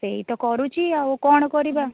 ସେଇ ତ କରୁଛି ଆଉ କ'ଣ କରିବା